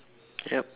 yup